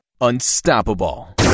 unstoppable